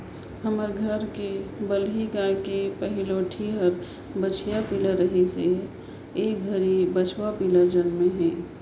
हमर घर के बलही गाय के पहलोठि हर बछिया पिला रहिस ए घरी बछवा पिला जनम हे